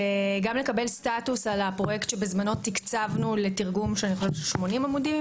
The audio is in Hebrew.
גם לקבל סטטוס על הפרויקט שתקצבנו בזמנו לתרגום של 80 עמודים,